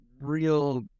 real